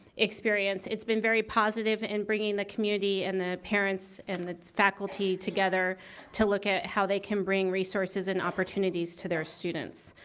experience. it's been very positive in bringing the community and the parents and the faculty together to look at how they can bring resources and opportunities to their students.